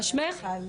מה שמך?